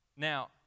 Now